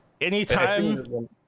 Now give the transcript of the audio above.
Anytime